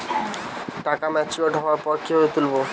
টাকা ম্যাচিওর্ড হওয়ার পর কিভাবে তুলব?